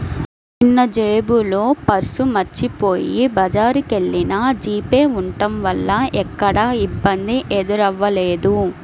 నిన్నజేబులో పర్సు మరచిపొయ్యి బజారుకెల్లినా జీపే ఉంటం వల్ల ఎక్కడా ఇబ్బంది ఎదురవ్వలేదు